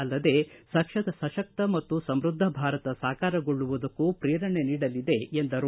ಅಲ್ಲದೆ ಸತಕ್ ಮತ್ತು ಸಮೃದ್ದ ಭಾರತ ಸಕಾರಗೊಳ್ಳುವುದಕ್ಕೆ ಪ್ರೇರಣೆ ನೀಡಲಿದೆ ಎಂದರು